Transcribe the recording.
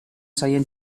zaien